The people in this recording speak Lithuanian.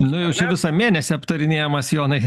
nu jau čia visą mėnesį aptarinėjamas jonai